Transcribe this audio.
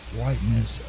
whiteness